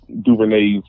DuVernay's